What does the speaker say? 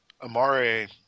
Amare